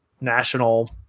national